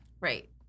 Right